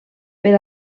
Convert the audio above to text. per